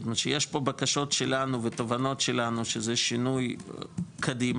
זאת אומרת שיש פה בקשות שלנו ותובנות שלנו שזה שינוי קדימה,